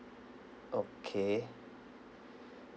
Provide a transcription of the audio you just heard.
okay